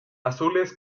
azules